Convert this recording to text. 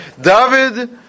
David